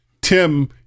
Tim